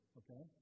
okay